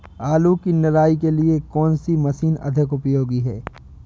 आलू की निराई के लिए कौन सी मशीन अधिक उपयोगी है?